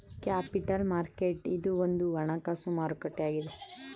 capital market ಇದು ಒಂದು ಹಣಕಾಸು ಮಾರುಕಟ್ಟೆ ಆಗಿದೆ